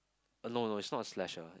uh no no it's not a slasher